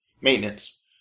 maintenance